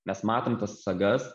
mes matom tas sagas